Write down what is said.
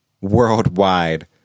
worldwide